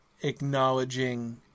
acknowledging